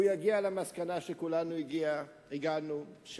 הוא יגיע למסקנה שכולנו הגענו אליה,